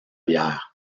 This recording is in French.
bière